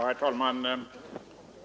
Herr talman!